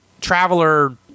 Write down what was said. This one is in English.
traveler